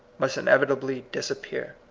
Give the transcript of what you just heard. must inevitably dis appear.